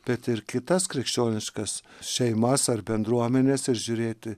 bet ir kitas krikščioniškas šeimas ar bendruomenes ir žiūrėti